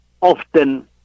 often